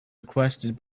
requested